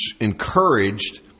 encouraged